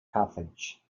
carthage